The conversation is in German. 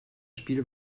spiel